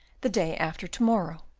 the day after to-morrow.